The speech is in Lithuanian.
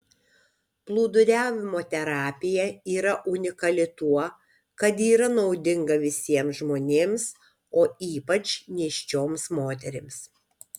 plūduriavimo terapija yra unikali tuo kad yra naudinga visiems žmonėms o ypač nėščioms moterims